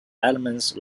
elements